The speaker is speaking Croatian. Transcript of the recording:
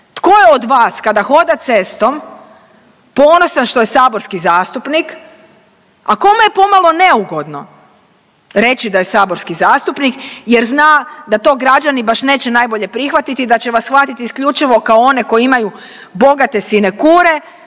Tko je od vas kada hoda cestom ponosan što je saborski zastupnik, a kome je pomalo neugodno reći da je saborski zastupnik jer zna da to građani baš neće najbolje prihvatiti i da će vas shvatit isključivo kao one koji imaju bogate sinekure,